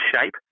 shape